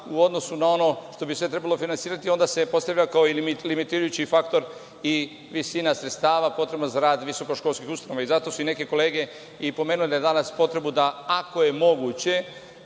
u odnosu na ono što bi sve trebalo finansirati, a onda se postavlja kao limitirajući faktor i visina sredstava potrebna za rad visokoškolskih ustanova. Zato su i neke kolege i pomenule danas potrebu da ako je moguće